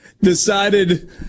decided